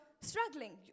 struggling